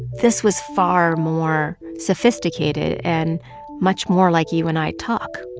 this was far more sophisticated and much more like you and i talk,